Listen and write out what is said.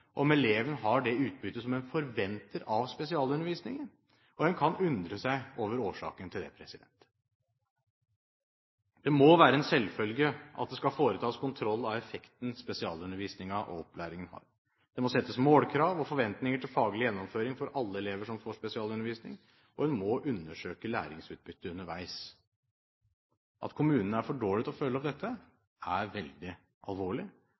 om eleven har det utbyttet som en forventer av spesialundervisningen, og en kan undre seg over årsaken til det. Det må være en selvfølge at det skal foretas kontroll av effekten spesialundervisningen og opplæringen har. Det må settes målkrav og forventninger til faglig gjennomføring for alle elever som får spesialundervisning, og en må undersøke læringsutbyttet underveis. At kommunene er for dårlige til å følge opp dette, er veldig alvorlig,